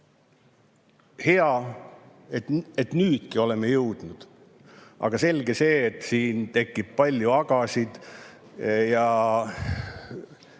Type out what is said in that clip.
hea, et nüüdki oleme jõudnud. Aga selge see, et siin tekib palju agasid.